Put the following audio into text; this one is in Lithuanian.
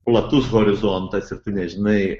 platus horizontas ir tu nežinai